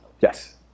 Yes